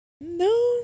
No